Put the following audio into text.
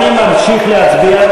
אני ממשיך להצביע.